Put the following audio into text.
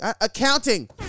Accounting